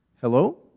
Hello